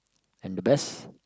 and the best